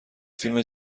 فیلم